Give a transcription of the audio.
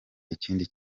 ikindi